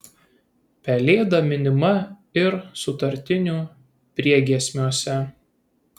pelėda minima ir sutartinių priegiesmiuose